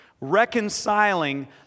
reconciling